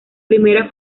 primera